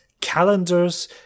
calendars